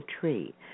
tree